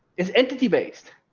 is entity based?